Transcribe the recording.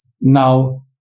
now